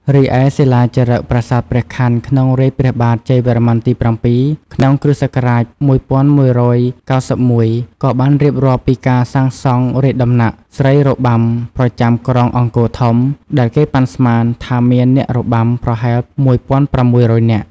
រីឯ សិលាចារឹកប្រាសាទព្រះខ័ន ក្នុងរាជ្យព្រះបាទ ជ័យវរ្ម័នទី៧ ក្នុង គ្រិស្តសករាជ ១១៩១ ក៏បានរៀបរាប់ពីការសាងសង់រាជដំណាក់ស្រីរបាំប្រចាំក្រុងអង្គរធំ ដែលគេប៉ាន់ស្មានថាមានអ្នករបាំប្រហែល ១៦០០ នាក់។